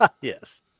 yes